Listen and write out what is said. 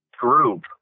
group